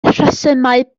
rhesymau